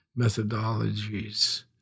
methodologies